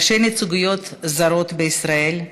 ראשי נציגויות זרות בישראל,